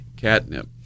catnip